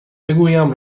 بگویم